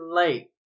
late